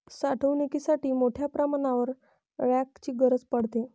साठवणुकीसाठी मोठ्या प्रमाणावर रॅकची गरज पडते